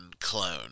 clone